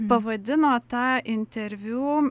pavadino tą interviu